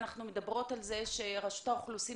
אנחנו מדברות על זה שרשות האוכלוסין